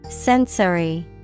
Sensory